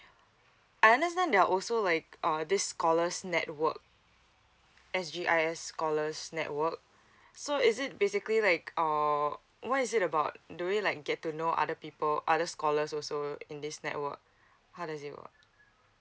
I understand they are also like uh this scholars network s g i s scholars network so is it basically like uh what is it about do we like get to know other people other scholars also in this network how does it work